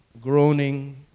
groaning